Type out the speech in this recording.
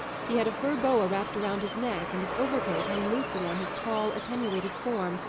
he had a fur boa wrapped round his neck, and his overcoat hung loosely on his tall, attenuated form,